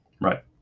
Right